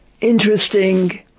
interesting